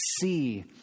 see